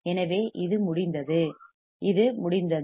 எனவே இது முடிந்தது இது முடிந்தது